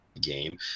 game